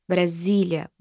Brasília